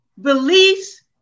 beliefs